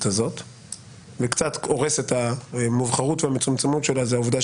הזאת וקצת הורס את המובחרות והמצומצמות שלה זאת העובדה